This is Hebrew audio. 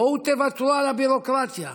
בואו תוותרו על הביורוקרטיה.